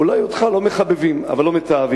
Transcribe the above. אולי אותך לא מחבבים, אבל לא מתעבים.